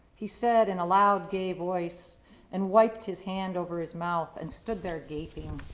he said in a loud, gay voice and wiped his hand over his mouth and stood there gaping.